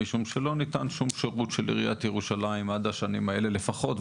משום שלא ניתן שום שירות של עיריית ירושלים עד השנים האלה לפחות,